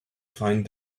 find